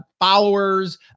followers